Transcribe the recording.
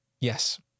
Yes